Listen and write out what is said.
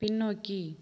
பின்னோக்கி